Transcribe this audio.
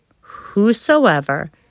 whosoever